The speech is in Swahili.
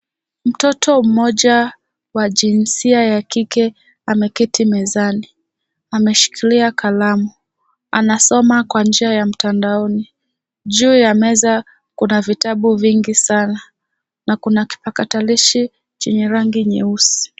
Mtoto mmoja wa jinsia ya kike, ameketi mezani. Ameshikilia kalamu. Anasoma kwa njia ya mtandaoni. Juu ya meza, kuna vitabu vingi sana na kuna kipakatalishi chenye rangi nyeusi.